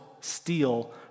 steal